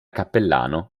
cappellano